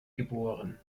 geboren